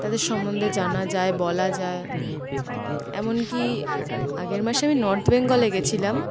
তাদের সম্বন্ধে জানা যায় বলা যায় এমন কি আগের মাসে আমি নর্থ বেঙ্গলে গিয়েছিলাম